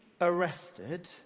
arrested